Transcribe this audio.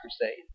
Crusade